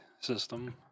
system